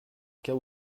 cas